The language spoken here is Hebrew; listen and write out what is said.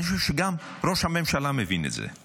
אני חושב שגם ראש הממשלה מבין את זה.